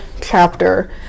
chapter